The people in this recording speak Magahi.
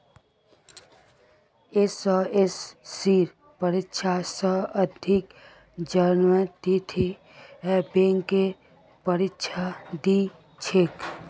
एसएससीर परीक्षा स अधिक अभ्यर्थी बैंकेर परीक्षा दी छेक